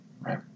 right